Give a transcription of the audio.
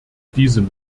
diesem